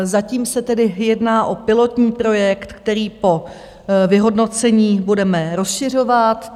Zatím se tedy jedná o pilotní projekt, který po vyhodnocení budeme rozšiřovat.